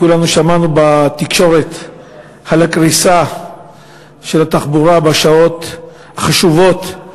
כולנו שמענו בתקשורת על הקריסה של התחבורה בשעות החשובות,